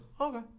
Okay